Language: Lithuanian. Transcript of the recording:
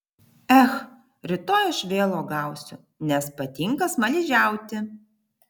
ech rytoj aš vėl uogausiu nes patinka smaližiauti